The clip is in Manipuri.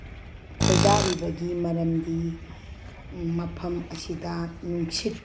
ꯈꯣꯏꯗꯥꯔꯤꯕꯒꯤ ꯃꯔꯝꯗꯤ ꯃꯐꯝ ꯑꯁꯤꯗ ꯅꯨꯡꯁꯤꯠ